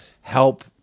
help